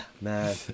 man